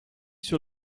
sur